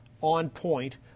on-point